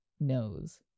knows